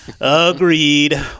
Agreed